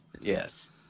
Yes